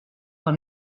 von